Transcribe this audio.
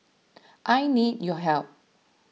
I need your help